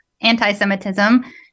anti-Semitism